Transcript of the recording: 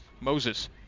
Moses